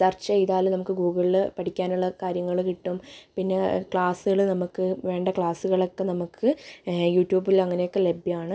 search ചെയ്താൽ നമുക്ക് ഗൂഗ്ളിൽ പഠിക്കാനുള്ള കാര്യങ്ങൾ കിട്ടും പിന്നെ ക്ലാസുകൾ നമുക്ക് വേണ്ട ക്ലാസുകളൊക്കെ നമുക്ക് യൂ ട്യൂബിൽ അങ്ങനെയൊക്കെ ലഭ്യമാണ്